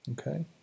Okay